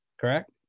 correct